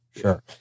Sure